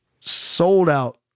sold-out